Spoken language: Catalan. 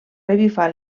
revifar